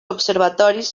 observatoris